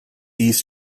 east